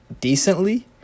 Decently